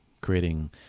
creating